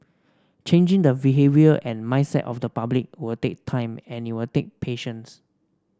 changing the behaviour and mindset of the public will take time and it will take patience